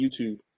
YouTube